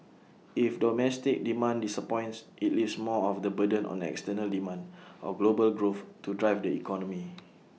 if domestic demand disappoints IT leaves more of the burden on external demand or global growth to drive the economy